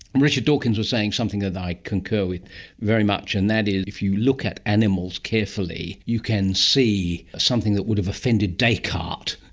richard dawkins was saying something that i concur with very much, and that is if you look at animals carefully, you can see something that would have offended descartes,